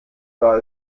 war